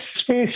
space